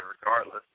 regardless